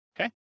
Okay